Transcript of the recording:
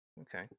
okay